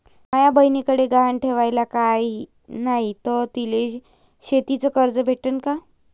माया बयनीकडे गहान ठेवाला काय नाही तर तिले शेतीच कर्ज भेटन का?